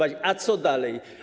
A co dalej?